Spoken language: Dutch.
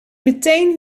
meteen